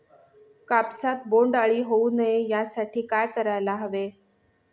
कापसात बोंडअळी होऊ नये यासाठी काय करायला हवे?